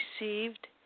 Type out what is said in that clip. received